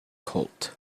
colt